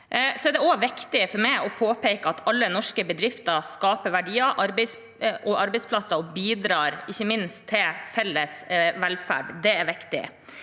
Det er også viktig for meg å påpeke at alle norske bedrifter skaper verdier og arbeidsplasser, og de bidrar ikke minst til felles velferd.